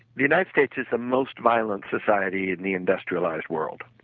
the united states is the most violent society in the industrialized world.